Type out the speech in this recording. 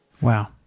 Wow